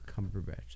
Cumberbatch